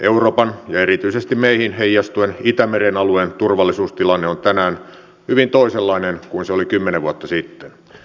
euroopan ja erityisesti meihin heijastuen itämeren alueen turvallisuustilanne on tänään hyvin toisenlainen kuin se oli kymmenen vuotta sitten